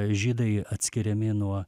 žydai atskiriami nuo